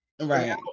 right